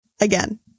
again